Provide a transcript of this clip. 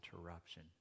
interruption